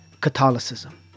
Catholicism